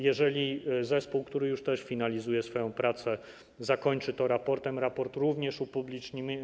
Jeżeli zespół, który już też finalizuje swoją pracę, zakończy to raportem, raport również upublicznimy.